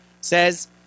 says